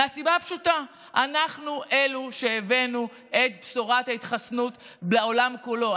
מהסיבה הפשוטה שאנחנו אלה שהבאנו את בשורת ההתחסנות לעולם כולו,